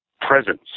presence